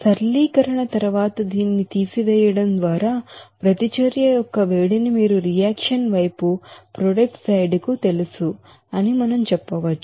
సరళీకరణ తరువాత దీనిని తీసివేయడం ద్వారా ప్రతిచర్య యొక్క వేడిని మీరు రియాక్షన్ వైపు ప్రొడక్ట్ సైడ్ కు తెలుసు అని మనం చెప్పవచ్చు